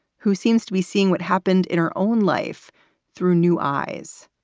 who seems to be seeing what happened in her own life through new eyes.